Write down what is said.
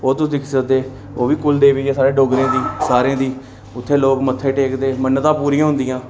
ओह् तुस दिक्खी सकदे ओह् बी कुल देवी ऐ साढ़े डोगरें गी सारें दी उत्थै लोग मत्थे टेकदे मन्नतां पूरियां होंदियां